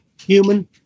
human